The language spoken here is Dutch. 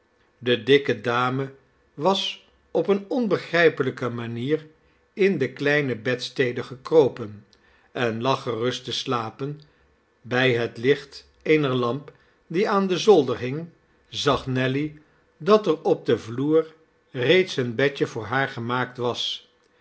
de dikke dame was op eene onbegrijpelijke manier in de kleine bedstede gekropen en lag gerust te slapen bij het licht eener lamp die aan den zolder hing zag nelly dat er op den vloer reeds een bedje voor haar gemaakt was